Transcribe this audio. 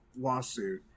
lawsuit